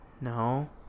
No